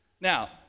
Now